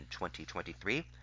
2023